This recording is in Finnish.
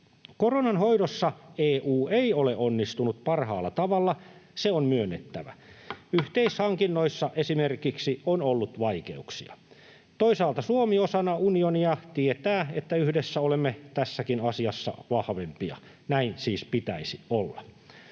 Koronan hoidossa EU ei ole onnistunut parhaalla tavalla, se on myönnettävä. Esimerkiksi yhteishankinnoissa on ollut vaikeuksia. Toisaalta Suomi osana unionia tietää, että yhdessä olemme tässäkin asiassa vahvempia. Näin siis pitäisi olla.